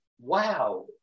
wow